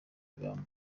ibamba